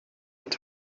het